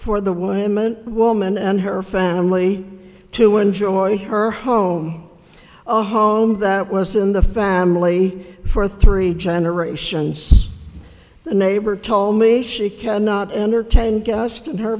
for the women woman and her family to enjoy her home a home that was in the family for three generations the neighbor told me she cannot entertain gast in her